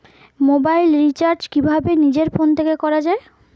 Mobile recharge কিভাবে নিজের phone থেকে করা য়ায়?